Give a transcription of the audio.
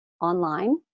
online